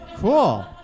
cool